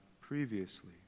previously